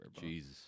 Jesus